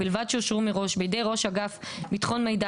ובלבד שאושרו מראש בידי ראש אגף ביטחון מידע